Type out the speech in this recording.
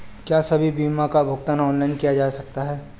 क्या सभी बीमा का भुगतान ऑनलाइन किया जा सकता है?